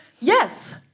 yes